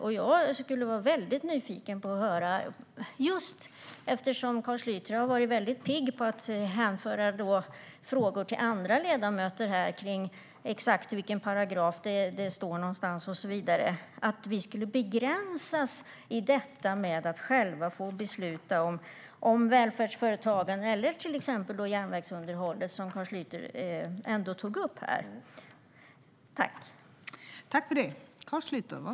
Carl Schlyter har varit väldigt pigg på att hänvisa frågor till andra ledamöter om exakt var en paragraf står någonstans. Vi skulle begränsas i att själva kunna besluta om välfärdsföretagen eller järnvägsunderhållet, som Carl Schlyter tog upp här.